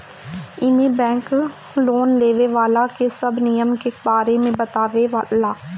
एमे bank loan लेवे वाला के सब नियम के बारे में बतावे ला